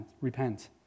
repent